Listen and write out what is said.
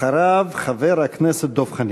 אחריו חבר הכנסת דב חנין.